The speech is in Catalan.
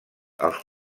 als